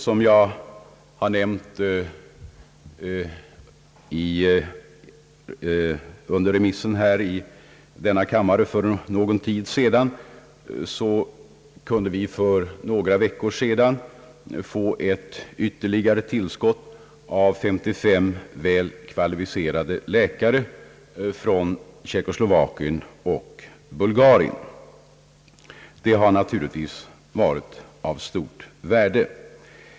Som jag nämnde under remissdebatten i denna kammare för någon tid sedan, kunde vi för några veckor sedan få ett ytterligare tillskott av 55 väl kvalificerade läkare från Tjeckoslovakien och Bulgarien. Det har naturligtvis varit av stort värde.